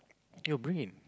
your brain